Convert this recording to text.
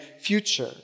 future